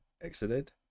exited